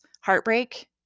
heartbreak